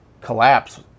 collapse